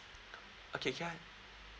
okay can I